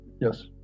Yes